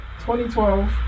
2012